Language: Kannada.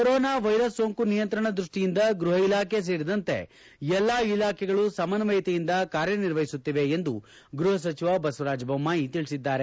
ಕೊರೋನಾ ವೈರಸ್ ಸೋಂಕು ನಿಯಂತ್ರಣ ದೃಷ್ಟಿಯಿಂದ ಗೃಪ ಇಲಾಖೆ ಸೇರಿದಂತೆ ಎಲ್ಲ ಇಲಾಖೆಗಳು ಸಮನ್ವಯತೆಯಿಂದ ಕಾರ್ಯನಿರ್ವಹಿಸುತ್ತಿವೆ ಎಂದು ಗೃಹ ಸಚಿವ ಬಸವರಾಜ ಬೊಮ್ಜಾಯಿ ತಿಳಿಸಿದ್ದಾರೆ